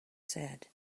said